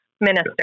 Minister